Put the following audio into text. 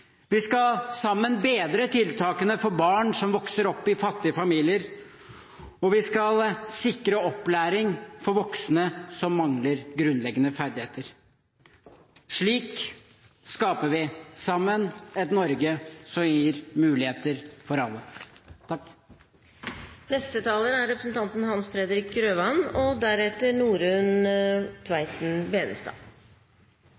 Vi skal sammen bedre tiltakene for barn som vokser opp i fattige familier, og vi skal sikre opplæring for voksne som mangler grunnleggende ferdigheter. Slik skaper vi sammen et Norge som gir muligheter for alle. Vi trenger flere ressurser til samlivstiltak. Samlivsbrudd er